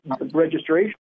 registration